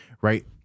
Right